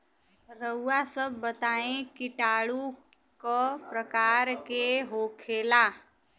रउआ सभ बताई किटाणु क प्रकार के होखेला?